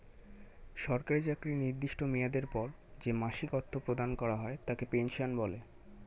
সরকারি চাকরির নির্দিষ্ট মেয়াদের পর যে মাসিক অর্থ প্রদান করা হয় তাকে পেনশন বলে